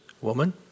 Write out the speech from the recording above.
woman